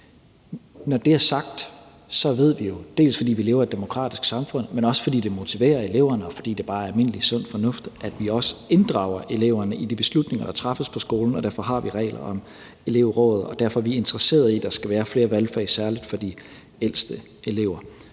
Når det er sagt, ved vi jo, både fordi vi lever i et demokratisk samfund, men også fordi vi ved, at det motiverer eleverne, og fordi det bare er almindelig sund fornuft, at vi også skal inddrage eleverne i de beslutninger, der træffes på skolerne. Derfor har vi regler om elevråd, og derfor er vi interesseret i, at der skal være flere valgfag, særlig for de ældste elever.